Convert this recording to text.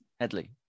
Headley